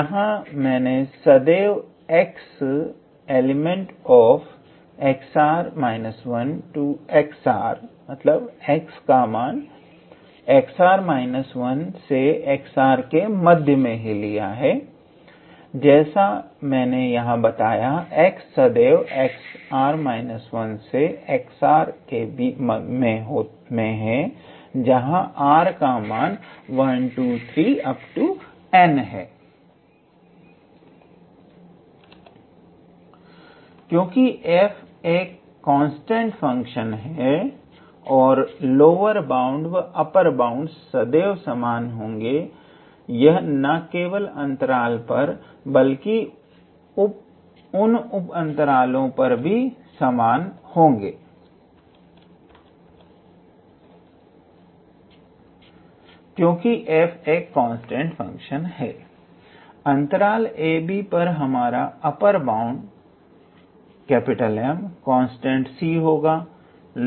यहां मैंने सदैव 𝑥∈𝑥𝑟−1𝑥𝑟 लिया है जैसा मैंने यहां बताया x सदैव 𝑥𝑟−1𝑥𝑟 में है जहां की r का मान 1 2 3 n है क्योंकि f एक कांस्टेंट फंक्शन है लोअर बाउंड व अपर बाउंड सदैव समान होंगे यह ना केवल अंतराल पर बल्कि उप अंतरालों पर भी समान होंगे क्योंकि f एक कांस्टेंट फंक्शन है अंतराल ab पर हमारा upper bound M constant c होगा